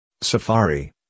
safari